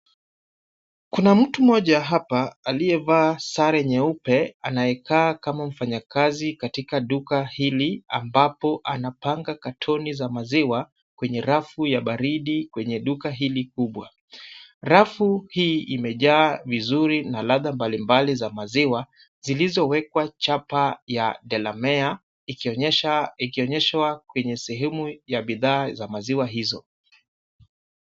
Kuna mtu mmoja hapa aliyevaa sare nyeupe anayekaa kama mfanyakazi katika duka hili ambapo anapanga katoni za maziwa kwenye rafu ya baridi kwenye duka hili kubwa. Rafu hii imejaa vizuri na ladha mbalimbali za maziwa zilizowekwa chapa ya Delamere, ikionyeshwa kwenye sehemu ya bidhaa za maziwa hizo.